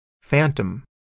phantom